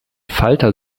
falter